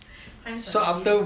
times were really different